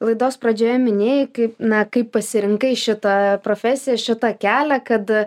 laidos pradžioje minėjai kaip na kaip pasirinkai šitą profesiją šitą kelią kad